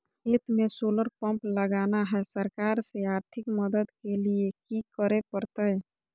खेत में solar pump लगाना है, सरकार से आर्थिक मदद के लिए की करे परतय?